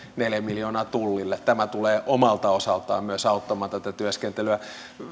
neljä miljoonaa tullille tämä tulee omalta osaltaan myös auttamaan tätä työskentelyä